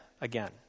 again